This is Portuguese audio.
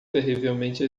terrivelmente